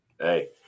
Hey